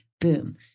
Boom